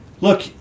look